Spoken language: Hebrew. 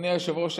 אדוני היושב-ראש,